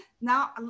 now